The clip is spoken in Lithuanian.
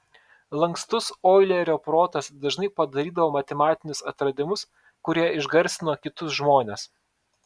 lankstus oilerio protas dažnai padarydavo matematinius atradimus kurie išgarsino kitus žmones